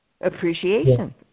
appreciation